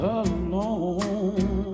alone